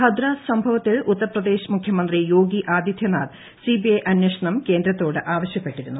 ഹാഥ്രസ് സംഭവത്തിൽ ഉത്തർ പ്രദേശ് മുഖ്യമന്ത്രി യോഗി ആദിത്യനാഥ് സിബിഐ അന്വേഷണം കേന്ദ്രത്തോട് ആവശ്യപ്പെട്ടിരുന്നു